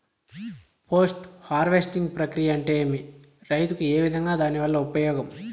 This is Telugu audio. పోస్ట్ హార్వెస్టింగ్ ప్రక్రియ అంటే ఏమి? రైతుకు ఏ విధంగా దాని వల్ల ఉపయోగం?